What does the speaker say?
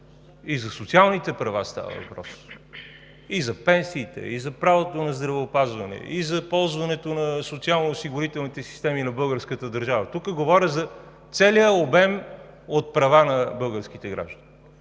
и за социалните права става въпрос, и за пенсиите, и за правото на здравеопазване, и за ползването на социално-осигурителните системи на българската държава – тук говоря за целия обем от права на българските граждани.